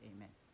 Amen